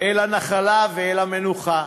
אל הנחלה ואל המנוחה.